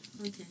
Okay